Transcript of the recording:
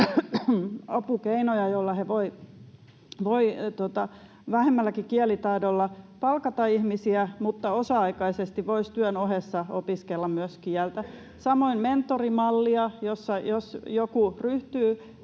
apukeinoja, joilla he voivat vähemmälläkin kielitaidolla palkata ihmisiä mutta osa-aikaisesti voisi työn ohessa opiskella myöskin kieltä. Samoin olemme esittäneet mentorimallia, jossa jos joku ryhtyy